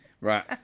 Right